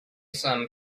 some